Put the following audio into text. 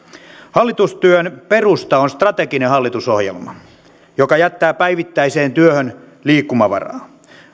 hallitustyön perusta on strateginen hallitusohjelma joka jättää päivittäiseen työhön liikkumavaraa